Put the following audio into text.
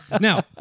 now